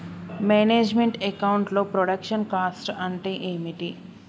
Manage meant account లో production cost అంటే ఏమిటి?